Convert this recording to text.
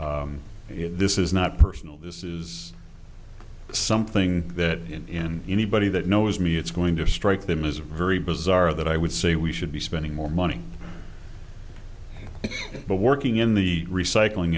company this is not personal this is something that in anybody that knows me it's going to strike them as a very bizarre that i would say we should be spending more money but working in the recycling